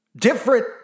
different